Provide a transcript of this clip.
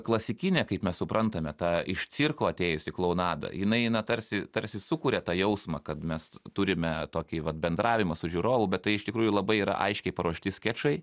klasikinė kaip mes suprantame tą iš cirko atėjusį klounadą jinai na tarsi tarsi sukuria tą jausmą kad mes turime tokį vat bendravimą su žiūrovu bet tai iš tikrųjų labai yra aiškiai paruošti skečai